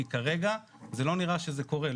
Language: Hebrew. כי כרגע לא נראה שזה קורה,